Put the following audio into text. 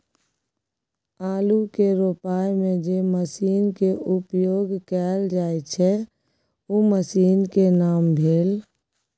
आलू के रोपय में जे मसीन के उपयोग कैल जाय छै उ मसीन के की नाम भेल?